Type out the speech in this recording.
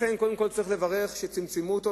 לכן קודם כול צריך לברך על כך שצמצמו את החוק,